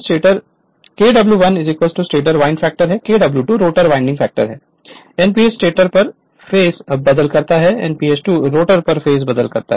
Refer Slide Time 2443 Kw1 stator व्हाटडॉक्टर है Kw2 rotor winding factor Nph1 stator पर phase बदल जाता है Nph2 रोटर पर फेस बदल जाता है